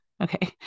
Okay